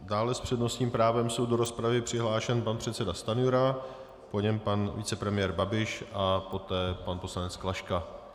Dále s přednostním právem jsou do rozpravy přihlášeni: pan předseda Stanjura, po něm pan vicepremiér Babiš a poté pan poslanec Klaška.